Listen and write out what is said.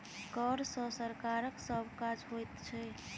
कर सॅ सरकारक सभ काज होइत छै